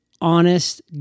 honest